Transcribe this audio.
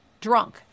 drunk